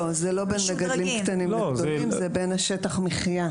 לא, זה בין שטח המחייה.